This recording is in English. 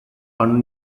one